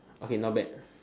okay not bad